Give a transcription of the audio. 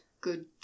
good